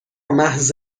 محض